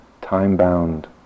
time-bound